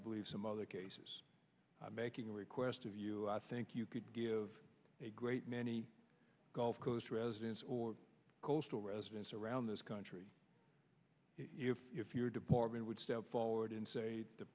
i believe some other cases making a request of you i think you could give a great many gulf coast residents or coastal residents around this country if your department would step forward and say the